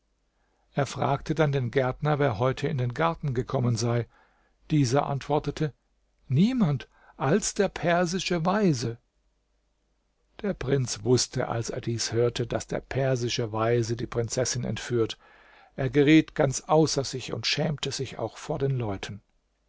er fragte dann den gärtner wer heute in den garten gekommen sei dieser antwortete niemand als der persische weise der prinz wußte als er dies hörte daß der persische weise die prinzessin entführt er geriet ganz außer sich und schämte sich auch vor den leuten